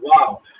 wow